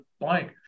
blank